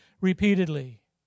repeatedly